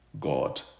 god